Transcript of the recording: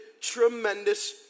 tremendous